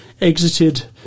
exited